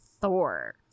Thor